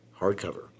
hardcover